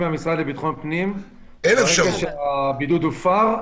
ברגע שהבידוד הופר,